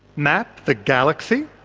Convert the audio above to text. map the galaxy?